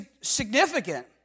significant